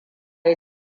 ya